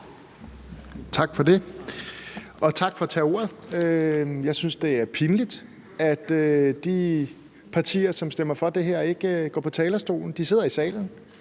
Tak for det, og tak for at tage ordet. Jeg synes, det er pinligt, at de partier, som stemmer for det her, ikke går på talerstolen. De sidder i salen,